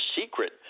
secret